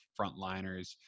frontliners